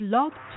Love